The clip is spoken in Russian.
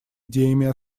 идеями